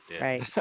right